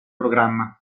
programma